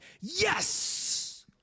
yes